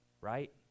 Right